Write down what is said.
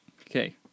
Okay